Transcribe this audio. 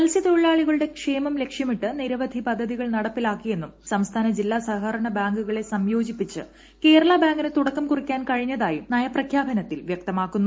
മത്സ്യത്തൊഴിലാളികളുടെ ക്ഷേമം ലക്ഷ്യമിട്ട് നിരവധി പദ്ധതികൾ നടപ്പിലാക്കിയെന്നും സംസ്ഥാന ജില്ലാ സഹകരണ ബാങ്കുകളെ സംയോജിപ്പിച്ച് കേരള ബാങ്കിന് തുടക്കം കുറിക്കാൻ കഴിഞ്ഞതായും നയപ്രഖ്യാപനത്തിൽ വ്യക്തമാക്കുന്നു